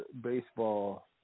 Baseball